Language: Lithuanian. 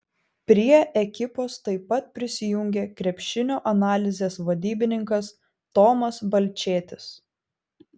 prie ekipos taip pat prisijungė krepšinio analizės vadybininkas tomas balčėtis